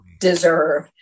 deserve